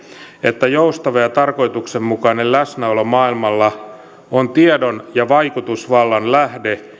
että joustava ja tarkoituksenmukainen läsnäolo maailmalla on tiedon ja vaikutusvallan lähde